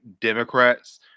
Democrats